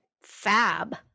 fab